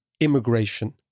immigration